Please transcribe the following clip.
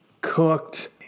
cooked